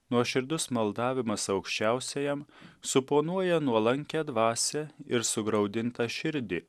nuoširdus maldavimas aukščiausiajam suponuoja nuolankią dvasią ir sugraudintą širdį